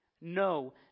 No